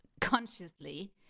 consciously